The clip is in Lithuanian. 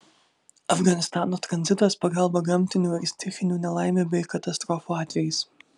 afganistano tranzitas pagalba gamtinių ir stichinių nelaimių bei katastrofų atvejais